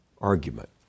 argument